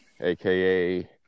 aka